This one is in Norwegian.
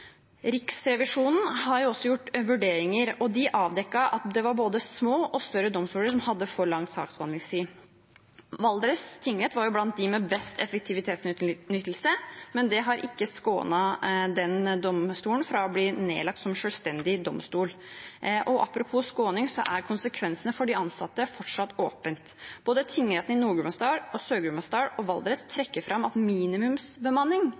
Riksrevisjonen har også gjort vurderinger, og de avdekket at det var både små og større domstoler som hadde for lang saksbehandlingstid. Valdres tingrett var blant dem med best effektivitetsutnyttelse, men det har ikke skånet den domstolen fra å bli nedlagt som selvstendig domstol. Apropos skåning er konsekvensene for de ansatte fortsatt et åpent spørsmål. Tingrettene i både Nord-Gudbrandsdal, Sør-Gudbrandsdal og Valdres trekker fram at minimumsbemanning